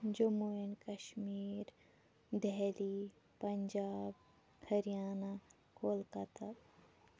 Jammu and Kashmir Delhi Punjab Haryana Kolkata